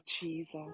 Jesus